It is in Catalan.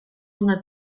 una